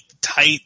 tight